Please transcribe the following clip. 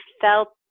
felt